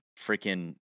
freaking